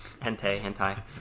hentai